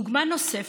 דוגמה נוספת: